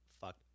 Fuck